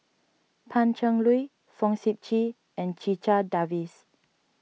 Pan Cheng Lui Fong Sip Chee and Checha Davies